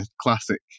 classic